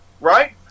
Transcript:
right